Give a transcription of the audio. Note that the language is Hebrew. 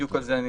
בדיוק על זה אני